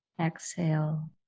Exhale